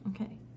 Okay